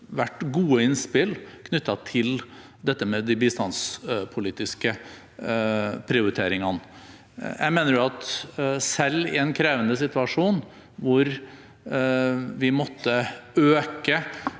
vært gode innspill knyttet til de bistandspolitiske prioriteringene. Jeg mener at selv i en krevende situasjon hvor vi måtte øke